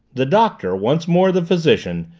the doctor, once more the physician,